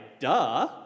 duh